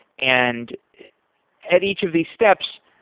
and at each of these steps,